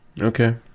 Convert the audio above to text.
Okay